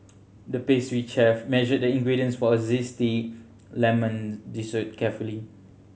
the pastry chef measured the ingredients for a zesty lemon dessert carefully